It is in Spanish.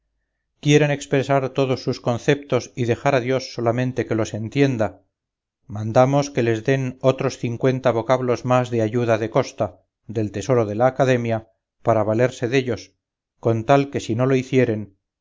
quieren expresar todos sus conceptos y dejar a dios solamente que los entienda mandamos que les den otros cincuenta vocablos más de ayuda de costa del tesoro de la academia para valerse dellos con tal que si no lo hicieren